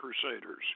crusaders